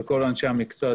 וכל אנשי המקצוע.